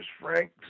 Frank